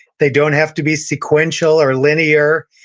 they don't have to be sequential or linear.